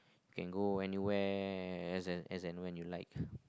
you can go anywhere as and as and when you like